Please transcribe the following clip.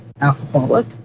alcoholic